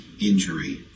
injury